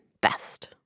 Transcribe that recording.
best